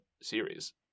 series